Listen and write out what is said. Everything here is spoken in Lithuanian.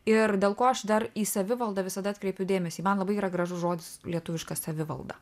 ir dėl ko aš dar į savivaldą visada atkreipiu dėmesį man labai yra gražus žodis lietuviška savivalda